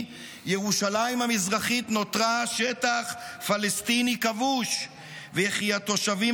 ירושלים המזרחית נותרה שטח פלסטיני כבוש וכי התושבים